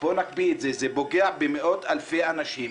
הוא פוגע במאות אלפי אנשים,